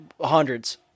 hundreds